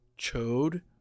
chode